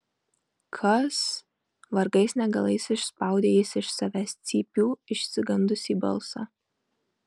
kas vargais negalais išspaudė jis iš savęs cypių išsigandusį balsą